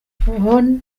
hon